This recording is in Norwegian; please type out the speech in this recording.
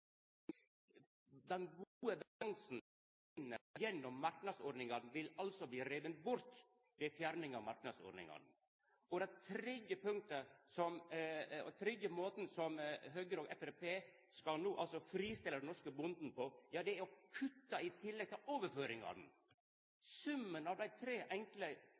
Den gode balansen me finn gjennom marknadsordningane, vil altså bli riven bort ved fjerning av marknadsordningane. Den tredje måten Høgre og Framstegspartiet skal fristilla den norske bonden på, er ved å kutta i tillegg til overføringane. Summen av dei tre enkle